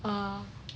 ah